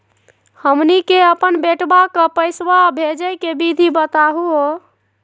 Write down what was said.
हमनी के अपन बेटवा क पैसवा भेजै के विधि बताहु हो?